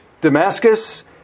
Damascus